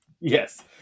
Yes